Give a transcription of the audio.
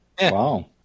Wow